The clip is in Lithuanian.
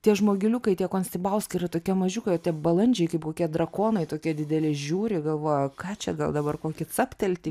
tie žmogeliukai tie konstibauskai yra tokie mažiukai o tie balandžiai kaip kokie drakonai tokie dideli žiūri galvoja ką čia gal dabar kokį captelti